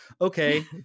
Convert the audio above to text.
Okay